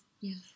Yes